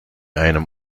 einem